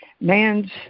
Man's